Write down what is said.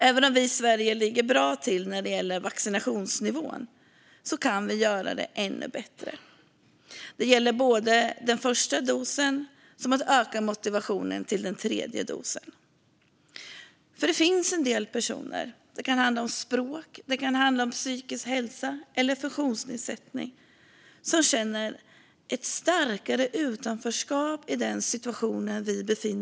Även om vi i Sverige ligger bra till när det gäller vaccinationsnivån kan vi vara ännu bättre. Det gäller både den första dosen och att öka motivationen till den tredje dosen. Det finns en del personer som känner ett starkare utanförskap i den situation vi i dag befinner oss i. Det kan handla om språk. Det kan handla om psykisk ohälsa eller om funktionsnedsättning.